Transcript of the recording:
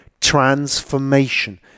transformation